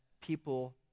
people